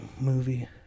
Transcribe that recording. movie